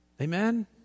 Amen